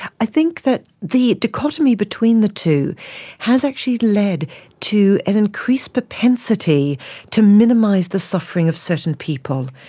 i think that the dichotomy between the two has actually led to an increased propensity to minimise the suffering of certain people,